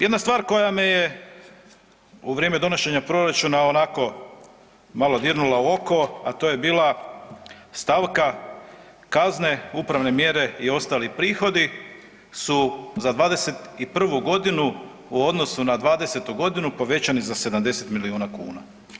Jedna stvar koja me je u vrijeme donošenja proračuna onako malo dirnula u oko, a to je bila stavka kazne, upravne mjere i ostali prihodi su za 21. godinu u odnosu na 20. godinu povećani za 70 milijuna kuna.